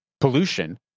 pollution